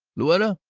louetta!